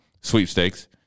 sweepstakes